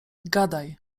gadaj